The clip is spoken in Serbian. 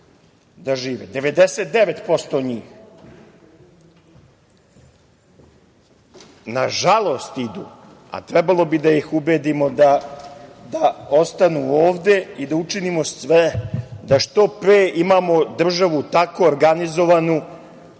da žive. Nažalost 99% njih idu, a trebalo bi da ih ubedimo da ostanu ovde i da učinimo sve da što pre imamo državu tako organizovanu